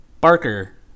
Barker